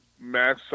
mass